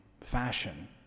fashion